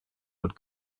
would